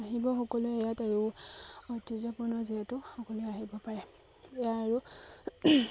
আহিব সকলোৱে ইয়াত আৰু ঐতিহ্যপূৰ্ণ যিহেতু সকলোৱে আহিব পাৰে এয়াই আৰু